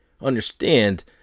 understand